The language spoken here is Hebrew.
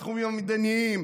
בתחומים המדיניים,